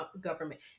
government